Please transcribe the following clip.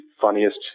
funniest